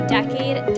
Decade